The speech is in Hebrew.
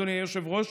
אדוני היושב-ראש,